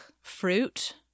fruit